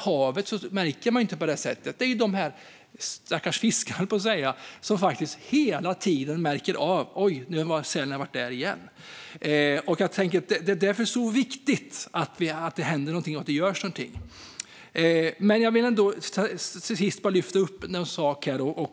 havet märker man det inte på det sättet. Det är bara de stackars fiskarna som märker att sälen är framme gång på gång. Därför är det så viktigt att det görs något.